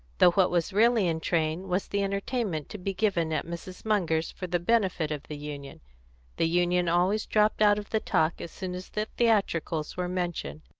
though what was really in train was the entertainment to be given at mrs. munger's for the benefit of the union the union always dropped out of the talk as soon as the theatricals were mentioned.